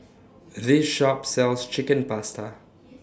This Shop sells Chicken Pasta